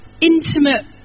intimate